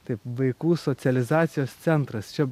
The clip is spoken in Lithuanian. taip vaikų socializacijos centras čia